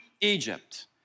Egypt